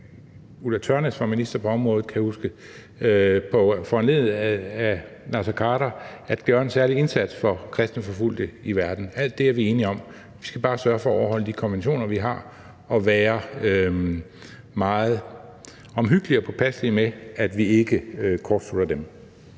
Ulla Tørnæs var minister på området, kan jeg huske, foranlediget af Naser Khader, altså at gøre en særlig indsats for kristne forfulgte i verden. Alt det er vi enige om. Vi skal bare sørge for at overholde de konventioner, vi har, og være meget omhyggelige og påpasselige med, at vi ikke kortslutter dem.